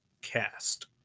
Cast